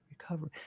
recovery